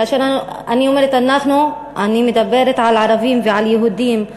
כאשר אני אומרת "אנחנו" אני מדברת על ערבים ועל יהודים,